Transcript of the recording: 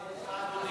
להפנות תשומת לבך,